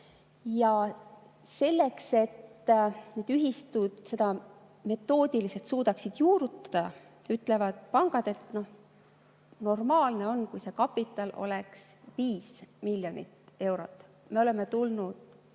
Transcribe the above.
Selleks, et need ühistud seda metoodiliselt suudaksid juurutada, ütlevad pangad, et normaalne oleks, kui kapital oleks 5 miljonit eurot. Meie oleme tulnud